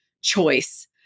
choice